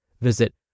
Visit